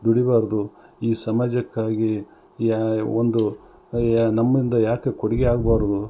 ದುಡಿಬಾರದು ಈ ಸಮಾಜಕ್ಕಾಗಿ ಯ ಒಂದು ಯ ನಮ್ಮಿಂದ ಯಾಕೆ ಕೊಡುಗೆ ಆಗಬಾರ್ದು